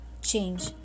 change